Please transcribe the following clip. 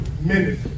minutes